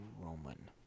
Roman